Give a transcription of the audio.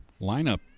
lineup